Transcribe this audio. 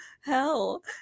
hell